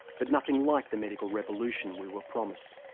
but nothing like the medical revolution we were promised.